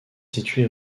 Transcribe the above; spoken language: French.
située